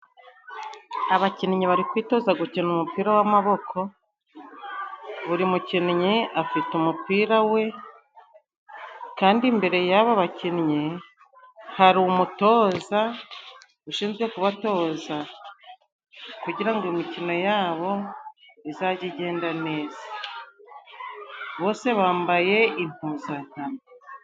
Abakinnyi bari kwitoza gukina umupira w'amaboko .Buri mukinnyi afite umupira we, kandi imbere y'aba bakinnyi hari umutoza ushinzwe kubatoza kugirango imikino yabo izajye igenda neza .Bose bambaye impuzankano.